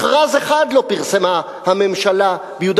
מכרז אחד לא פרסמה הממשלה ביהודה